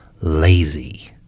lazy